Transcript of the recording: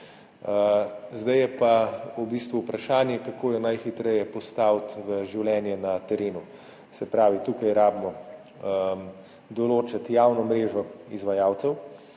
Zdaj je pa v bistvu vprašanje, kako jo najhitreje postaviti v življenje na terenu. Se pravi, tukaj rabimo določiti javno mrežo izvajalcev,